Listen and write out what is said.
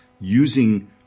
using